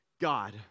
God